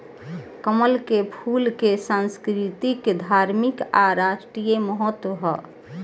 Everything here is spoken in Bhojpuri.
कमल के फूल के संस्कृतिक, धार्मिक आ राष्ट्रीय महत्व ह